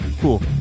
Cool